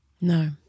No